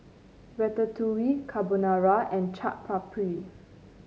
Ratatouille Carbonara and Chaat Papri